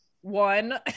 One